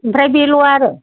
ओमफ्राय बेल' आरो